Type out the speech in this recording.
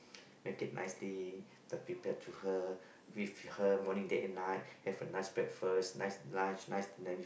make it nicely then prepared to her with her morning day and night have a nice breakfast nice lunch nice dinner with